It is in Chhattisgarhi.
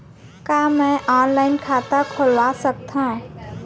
का मैं ऑनलाइन खाता खोलवा सकथव?